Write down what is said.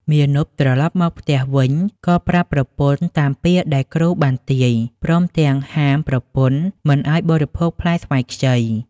មាណពត្រឡប់មកផ្ទះវិញក៏ប្រាប់ប្រពន្ធតាមពាក្យដែលគ្រូបានទាយ ព្រមទាំងហាមប្រពន្ធមិនឲ្យបរិភោគផ្លែស្វាយខ្ចី។